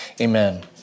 Amen